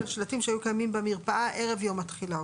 על שלטים שהיו קיימים במרפאה ערב יום התחילה'.